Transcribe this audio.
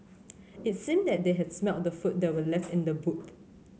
it seemed that they had smelt the food that were left in the boot